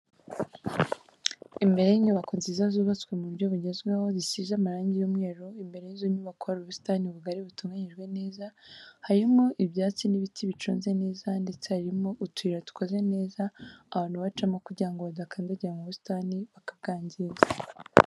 Imbere y'inyubako nziza zubatswe mu buryo bugezweho zisize amarangi y'umweru imbere y'izo nyubako hari ubusitani bugari butunganyijwe neza, harimo ibyatsi n'ibiti biconze neza ndetse harimo utuyira dukoze neza abantu bacamo kugirango badakandagira mu busitani bakabwangiza.